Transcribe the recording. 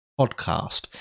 podcast